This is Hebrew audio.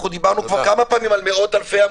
אנחנו דיברנו כבר כמה פעמים על מאות אלפי המובטלים,